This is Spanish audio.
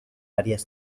varias